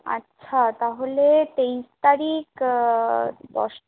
আচ্ছা তাহলে তেইশ তারিখ দশ